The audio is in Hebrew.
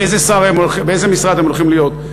באיזה משרד הם הולכים להיות.